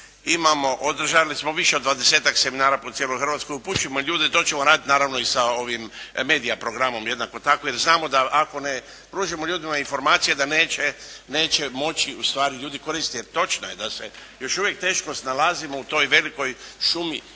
održali smo više od 20-tak seminara po cijeloj Hrvatskoj, upućujemo ljude, to ćemo raditi naravno i sa ovim Media programom jednako tako, jer znamo da ako ne pružimo ljudima informacije da neće moći ustvari ljudi koristiti, jer točno je da se još uvijek teško snalazimo u toj velikoj šumi